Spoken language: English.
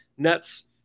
Nets